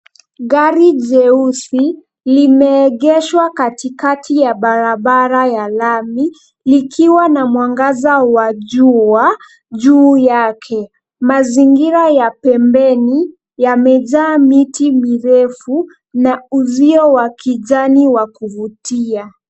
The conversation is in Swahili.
Gari jeusi limeegeshwa katikati ya barabara ya lami likiwa na mwangaza wa jua juu yake. Mazingira ya pembeni yamejaa miti mirefu na uzio wa kijani wa kuvutia.